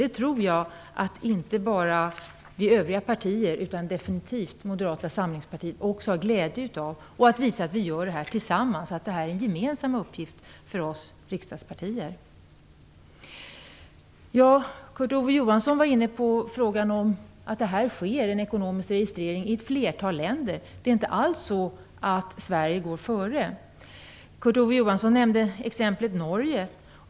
Det tror jag att inte bara övriga partier utan definitivt också Moderata samlingspartiet har glädje av. Vi skall visa att vi gör detta tillsammans, att detta är en gemensam uppgift för riksdagspartierna. Kurt Ove Johansson var inne på att det sker en ekonomisk registrering i ett flertal länder. Det är inte alls så att Sverige går före. Han nämnde exemplet Norge.